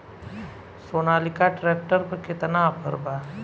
Sonalika tractor पर केतना offer बा?